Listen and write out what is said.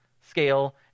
scale